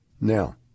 Now